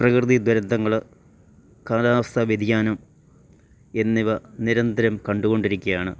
പ്രകൃതിദുരന്തങ്ങള് കാലാവസ്ഥാ വ്യതിയാനം എന്നിവ നിരന്തരം കണ്ടുകൊണ്ടിരിക്കയാണ്